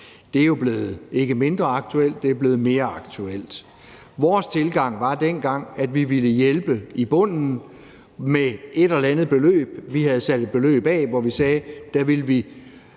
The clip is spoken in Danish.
Det er jo ikke blevet mindre aktuelt, det er blevet mere aktuelt. Vores tilgang var dengang, at vi ville hjælpe i bunden med et eller andet beløb. Vi havde sat et beløb af, hvor vi sagde, at der ville vi